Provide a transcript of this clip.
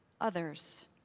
others